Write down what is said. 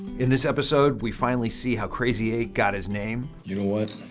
in this episode, we finally see how krazy eight got his name. you know what?